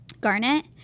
garnet